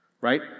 right